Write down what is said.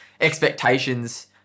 expectations